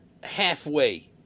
halfway